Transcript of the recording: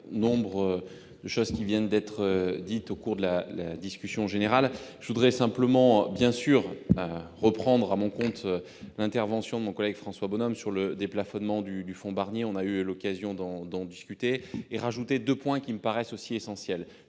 nombre de propos qui viennent d'être tenus au cours de la discussion générale. Bien sûr, je voudrais reprendre à mon compte l'intervention de mon collègue François Bonhomme sur le déplafonnement du fonds Barnier. On a eu l'occasion d'en discuter. J'ajoute deux réflexions qui me paraissent essentielles.